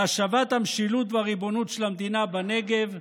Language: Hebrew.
ובהשבת המשילות והריבונות של המדינה בנגב,